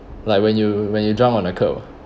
like when you when you drunk on the kerb